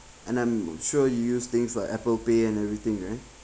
and I'm sure you use things like apple pay and everything right